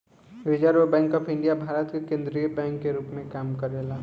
reserve bank of India Bharat के केंद्रीय bank के रूप में काम करेला